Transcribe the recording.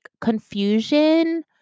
confusion